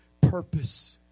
purpose